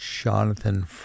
Jonathan